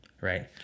right